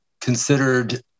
considered